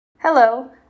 Hello